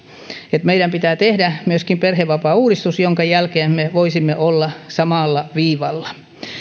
meidän pitää tehdä myöskin perhevapaauudistus jonka jälkeen me voisimme olla samalla viivalla